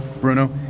Bruno